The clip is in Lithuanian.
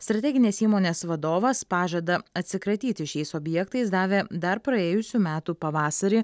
strateginės įmonės vadovas pažadą atsikratyti šiais objektais davė dar praėjusių metų pavasarį